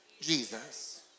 Jesus